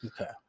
okay